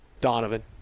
Donovan